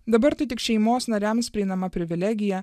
dabar tai tik šeimos nariams prieinama privilegija